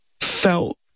felt